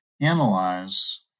analyze